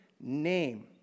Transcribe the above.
name